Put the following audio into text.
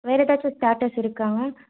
வேறு ஏதாச்சும் ஸ்டாட்டஸ் இருக்காங்க